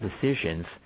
decisions